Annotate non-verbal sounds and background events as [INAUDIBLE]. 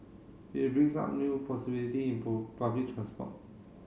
it brings up new possibility in [UNINTELLIGIBLE] public transport